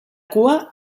cua